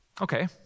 Okay